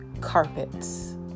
carpets